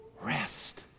rest